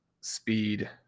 speed